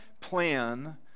plan